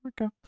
okay